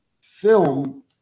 film